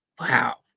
wow